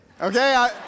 okay